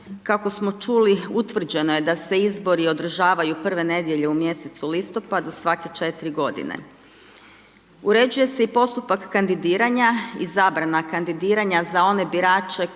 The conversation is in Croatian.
Kako smo čuli, utvrđeno je da se izbori održavaju prve nedjelje u mjesecu listopadu svake 4 godine. Uređuje se i postupak kandidiranja i zabrana kandidiranja i zabrana